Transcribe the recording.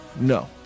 no